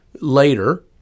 later